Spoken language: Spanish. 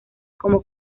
como